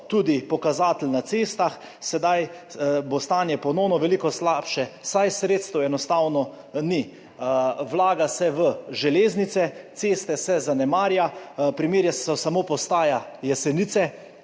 tudi pokazatelj na cestah. Zdaj bo stanje ponovno veliko slabše, saj sredstev enostavno ni. Vlaga se v železnice, ceste se zanemarja. Primer je samo postaja Jesenice,